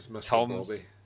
Tom's